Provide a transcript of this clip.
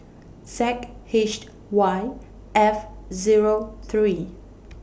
Z H Y F Zero three